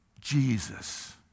Jesus